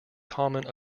common